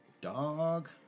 Dog